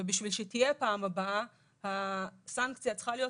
ובשביל שתהיה פעם הבאה הסנקציה צריכה להיות